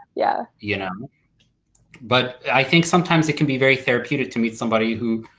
yeah. you know but i think sometimes it can be very therapeutic to meet somebody who,